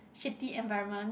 shitty environment